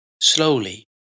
Slowly